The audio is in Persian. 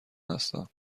هستم